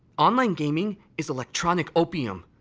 online gaming is electronic opium.